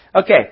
okay